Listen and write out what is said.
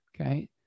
Okay